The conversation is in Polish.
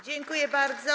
Dziękuję bardzo.